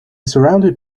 surounded